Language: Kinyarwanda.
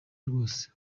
rwose